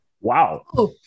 Wow